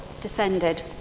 descended